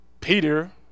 Peter